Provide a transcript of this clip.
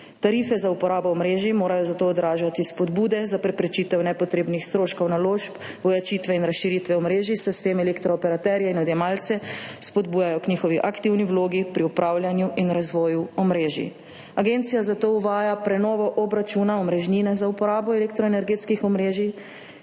Tarife za uporabo omrežij morajo zato odražati spodbude za preprečitev nepotrebnih stroškov naložb, ojačitve in razširitve omrežij, s tem elektrooperaterje in odjemalce spodbujajo k njihovi aktivni vlogi pri upravljanju in razvoju omrežij. Agencija zato uvaja prenovo obračuna omrežnine za uporabo elektroenergetskih omrežij,